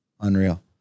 Unreal